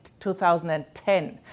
2010